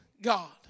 God